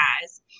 guys